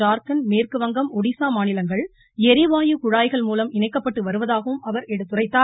ஜார்க்கண்ட் மேற்குவங்கம் ஒடிஸா மாநிலங்கள் எரிவாயு குழாய்கள்மூலம் இணைக்கப்பட்டு வருவதாகவும் அவர் எடுத்துரைத்தார்